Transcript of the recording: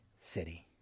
city